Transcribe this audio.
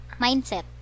mindset